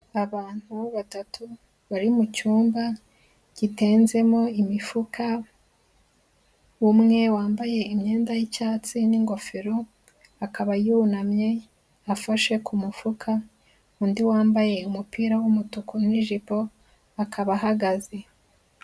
Abantu batatu bari mu cyumba gitenzemo imifuka, umwe wambaye imyenda y'icyatsi n'ingofero, akaba yunamye afashe ku mufuka, undi wambaye umupira w'umutuku n'ijipo akaba ahagaze.